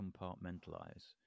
compartmentalize